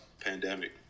pandemic